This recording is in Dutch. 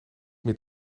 meer